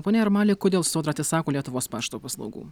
pone jarmali kodėl sodra atsisako lietuvos pašto paslaugų